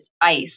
ice